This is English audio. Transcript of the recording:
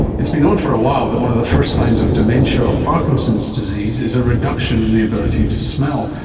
it's been known for a while that one of the first signs of dementia or parkinson's disease is a reduction in the ability to smell,